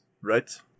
right